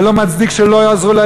זה לא מצדיק שלא יעזרו לו,